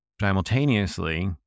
simultaneously